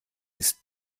ist